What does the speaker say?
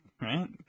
right